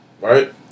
right